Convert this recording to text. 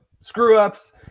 screw-ups